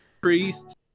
priest